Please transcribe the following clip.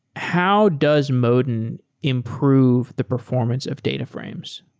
how does modin improve the performance of data frames?